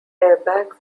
airbags